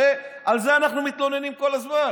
הרי על זה אנחנו מתלוננים כל הזמן.